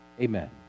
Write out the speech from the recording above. Amen